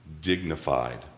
dignified